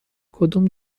کدوم